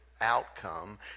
outcome